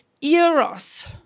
eros